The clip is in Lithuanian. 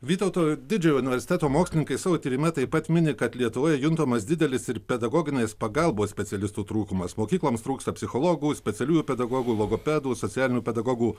vytauto didžiojo universiteto mokslininkai savo tyrime taip pat mini kad lietuvoje juntamas didelis ir pedagoginės pagalbos specialistų trūkumas mokykloms trūksta psichologų specialiųjų pedagogų logopedų socialinių pedagogų